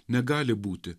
negali būti